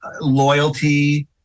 loyalty